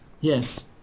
yes